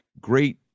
great